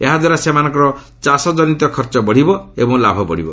ଏହାଦ୍ୱାରା ସେମାନଙ୍କର ଚାଷଜନିତ ଖର୍ଚ୍ଚ ବଢ଼ିବ ଏବଂ ଲାଭ ବଢ଼ିବ